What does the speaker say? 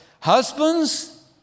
husbands